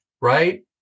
right